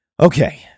Okay